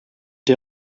der